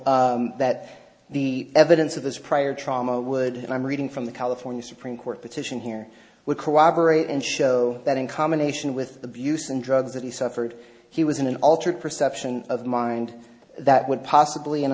that the evidence of this prior trauma would i'm reading from the california supreme court petition here would corroborate and show that in combination with abuse and drugs that he suffered he was in an altered perception of mind that would possibly an